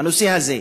בנושא הזה.